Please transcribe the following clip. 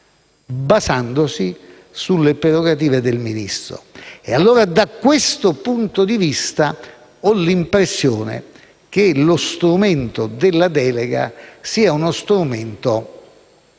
basandosi sulle prerogative del Ministro. Da questo punto di vista, ho l'impressione che lo strumento della delega sia imperfetto,